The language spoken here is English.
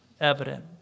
evident